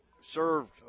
served